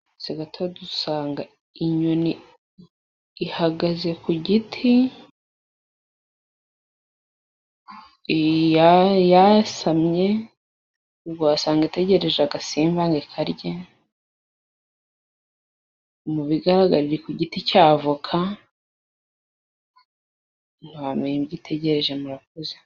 Buretse gato dusanga inyoni ihagaze ku giti yasamye, ubwo wasanga itegereje agasimba ngo ikarye, mu bigaragara iri ku giti cy'avoka, ntiwamenya icyo itegereje, murakoze.